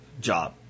job